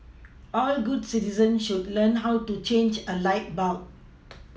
all good citizens should learn how to change a light bulb